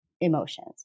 emotions